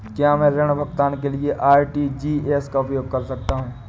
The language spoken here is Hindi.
क्या मैं ऋण भुगतान के लिए आर.टी.जी.एस का उपयोग कर सकता हूँ?